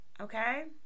Okay